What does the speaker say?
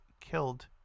killed